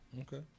Okay